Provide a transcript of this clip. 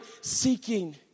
seeking